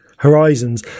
horizons